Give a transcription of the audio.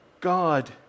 God